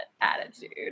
attitude